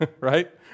right